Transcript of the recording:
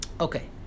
Okay